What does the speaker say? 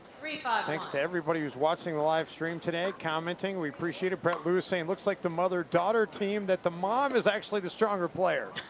ah thanks to everybody who's watching the livestream today, commenting. we appreciate it. brett lewis saying it looks like the mother-daughter team that the mom is actually the stronger player.